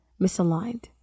misaligned